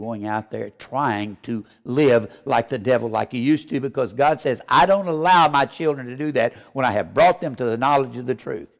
going out there trying to live like the devil like you used to because god says i don't allow my children to do that when i have brought them to the knowledge of the truth